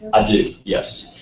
i do, yes.